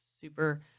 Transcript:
super